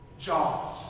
Jobs